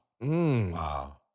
Wow